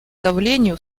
давлению